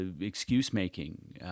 excuse-making